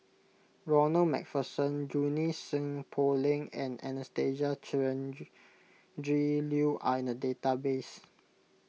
Ronald MacPherson Junie Sng Poh Leng and Anastasia Tjendri Liew are in the database